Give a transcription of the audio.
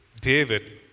David